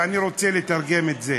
ואני רוצה לתרגם את זה